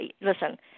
listen